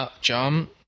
jump